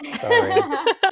Sorry